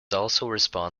responsible